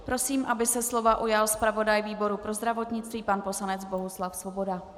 Prosím, aby se slova ujal zpravodaj výboru pro zdravotnictví pan poslanec Bohuslav Svoboda.